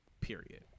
period